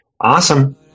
Awesome